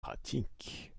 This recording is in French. pratique